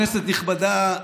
כנסת נכבדה,